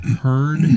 heard